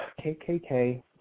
KKK